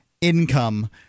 income